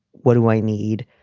what do i need?